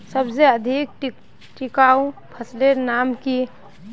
सबसे अधिक टिकाऊ फसलेर नाम की?